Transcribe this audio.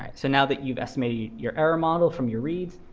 um so now that you've estimated your error model from your reads,